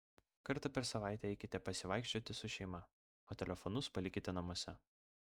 kartą per savaitę eikite pasivaikščioti su šeima o telefonus palikite namuose